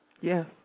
Yes